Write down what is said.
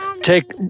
take